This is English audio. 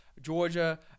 georgia